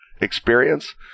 experience